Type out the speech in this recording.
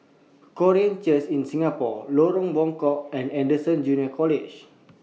Korean Church in Singapore Lorong Buangkok and Anderson Junior College